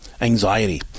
anxiety